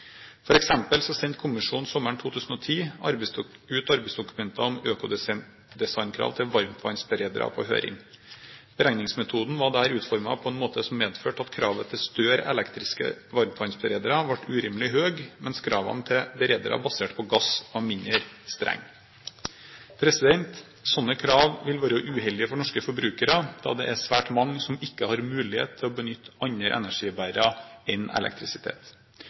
sendte kommisjonen sommeren 2010 arbeidsdokumenter om økodesignkrav til varmtvannsberedere ut på høring. Beregningsmetodene var der utformet på en måte som medførte at kravene til større elektriske varmtvannsberedere ble urimelig høye, mens kravene til beredere basert på gass var mindre strenge. Slike krav ville være uheldige for norske forbrukere, da det er svært mange som ikke har mulighet til å benytte andre energibærere enn elektrisitet. Slike krav vil også kunne være uheldige for produsenter av varmtvannsberedere basert på elektrisitet.